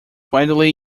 widely